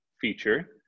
feature